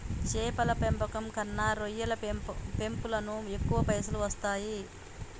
చేపల పెంపకం కన్నా రొయ్యల పెంపులను ఎక్కువ పైసలు వస్తాయి